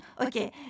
Okay